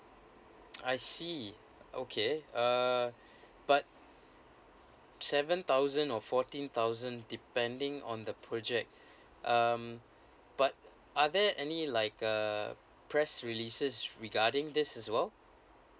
I see okay uh but seven thousand or fourteen thousand depending on the project um but are there any like uh press releases regarding this as well